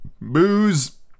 booze